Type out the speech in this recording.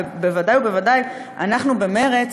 בוודאי ובוודאי אנחנו במרצ,